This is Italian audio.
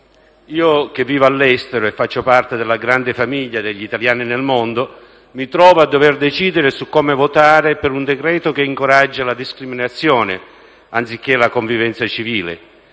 Io, che vivo all'estero e faccio parte della grande famiglia degli italiani nel mondo, mi trovo a dover decidere su come votare su un decreto-legge che incoraggia la discriminazione anziché la convivenza civile,